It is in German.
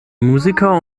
musiker